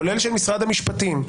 כולל של משרד המשפטים,